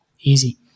Easy